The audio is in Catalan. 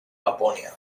lapònia